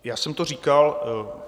Já jsem to říkal.